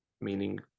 meaning